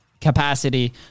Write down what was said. capacity